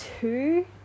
two